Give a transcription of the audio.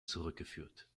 zurückgeführt